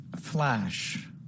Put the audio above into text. Flash